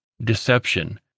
deception